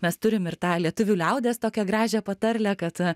mes turim ir tą lietuvių liaudies tokią gražią patarlę kad